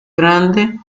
grande